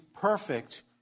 perfect